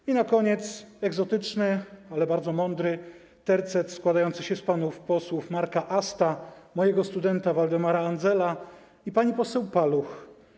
I na koniec egzotyczny, ale bardzo mądry tercet składający się z panów posłów: Marka Asta, mojego studenta Waldemara Andzela i pani poseł Paluch: